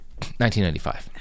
1995